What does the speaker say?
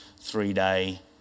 three-day